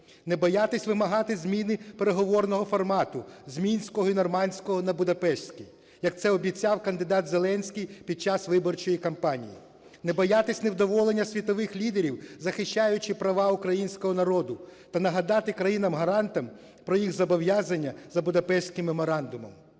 не боятися вимагати зміни переговорного формату з Мінського і Нормандського на Будапештський, як це обіцяв кандидат Зеленський під час виборчої кампанії, не боятися невдоволення світових лідерів, захищаючи права українського народу, та нагадати країнам-гарантам про їх зобов'язання за Будапештським меморандумом.